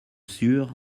sûr